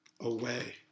away